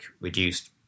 reduced